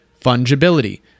fungibility